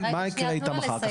מה יקרה איתם אחר כך?